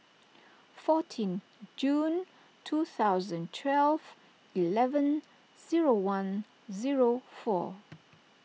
fourteen June two thousand twelve eleven zero one zero four